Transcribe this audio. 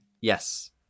Yes